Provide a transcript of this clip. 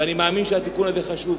ואני מאמין שהתיקון הזה חשוב.